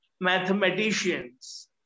mathematicians